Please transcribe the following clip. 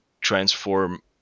transform